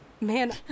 Man